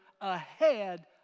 ahead